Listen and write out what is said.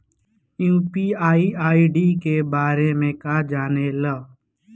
UPI ID के बारे में का जाने ल?